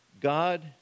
God